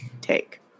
take